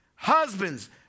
Husbands